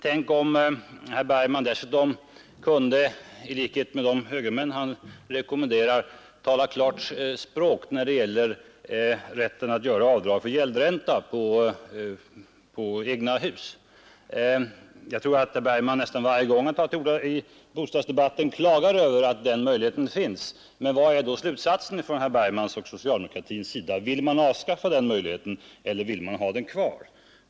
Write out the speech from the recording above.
Tänk om herr Bergman dessutom kunde tala ett klart språk när det gäller rätten att göra avdrag för gäldräntan på egna hus. Nästan varje gång herr Bergman tar till orda i bostadsdebatten klagar han över att den möjligheten finns, men vilken är då slutsatsen från herr Bergman och socialdemokraterna? Vill man avskaffa ränteavdraget eller vill man ha det kvar?